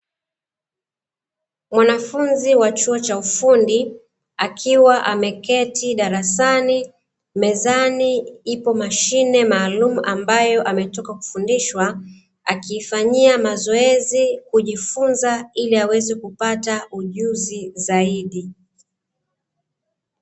Mwanafunzi wa chuo cha ufundi, akiwa ameketi darasani, mezani ipo mashine maalumu ambayo ametoka kufundishwa, akiifanyia mazoezi kujifunza, ili aweze kupata ujuzi zaidi.